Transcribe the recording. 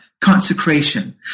consecration